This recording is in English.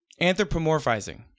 anthropomorphizing